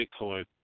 Bitcoin